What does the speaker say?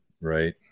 Right